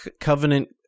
Covenant